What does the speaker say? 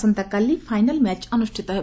ଆସନ୍ତାକାଲି final match ଅନୁଷ୍ଠିତ ହେବ